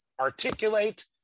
articulate